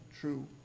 true